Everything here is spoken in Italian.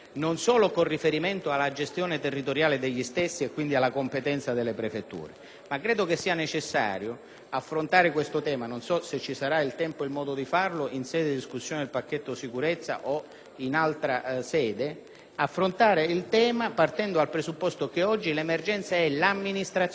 infatti che sia necessario affrontare tale tema (non so se ci sarà il tempo e il modo di farlo in sede di discussione del pacchetto sicurezza o in altra sede) partendo dal presupposto che oggi l'emergenza è l'amministrazione delle imprese mafiose. Lo Stato oggi non riesce a gestire in termini di efficienza